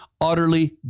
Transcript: utterly